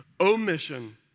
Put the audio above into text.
omission